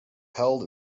held